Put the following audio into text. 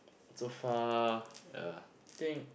so far uh think